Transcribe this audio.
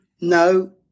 No